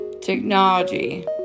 technology